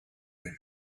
where